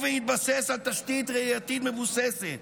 ובהתבסס על תשתית ראייתית מבוססת,